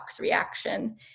reaction